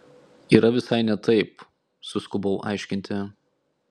yra visai ne taip suskubau aiškinti